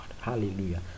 Hallelujah